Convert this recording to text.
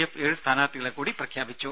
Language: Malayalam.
എഫ് ഏഴ് സ്ഥാനാർഥികളെ കൂടി പ്രഖ്യാപിച്ചു